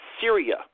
Syria